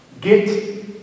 Get